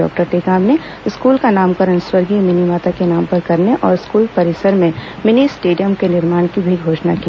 doctor Tekam ने school का नामकरण स्वर्गीय मिनीमाता के नाम पर करने और स्कूल परिसर में मिनी स्टेडियम के निर्माण की भी घोषणा की